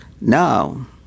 Now